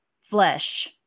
flesh